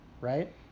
right